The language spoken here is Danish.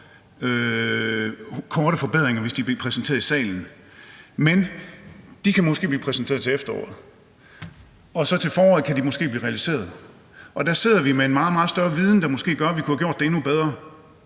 korte forbedringer, hvis de bliver præsenteret i salen. Men de kan måske blive præsenteret til efteråret, og så kan de måske blive realiseret til foråret. Og der sidder vi med en meget, meget større viden, der måske gør, at vi kunne have gjort det endnu bedre.